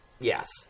yes